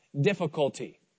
difficulty